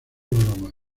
bromas